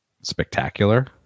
spectacular